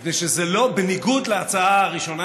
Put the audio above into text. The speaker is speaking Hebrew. מפני שבניגוד להצעה הראשונה,